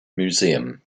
museum